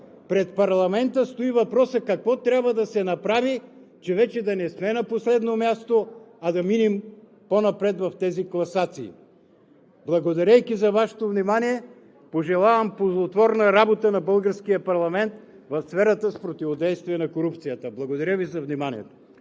пред парламента стои въпросът, какво трябва да се направи, че вече да не сме на последно място, а да минем по-напред в тези класации. Благодарейки за Вашето внимание, пожелавам ползотворна работа на българския парламент в сферата с противодействие на корупцията. Благодаря Ви за вниманието.